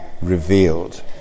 revealed